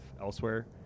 elsewhere